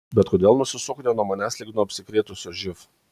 bet kodėl nusisukote nuo manęs lyg nuo apsikrėtusio živ